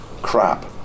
Crap